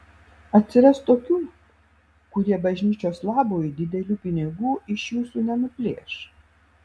atsiras tokių kurie bažnyčios labui didelių pinigų iš jūsų nenuplėš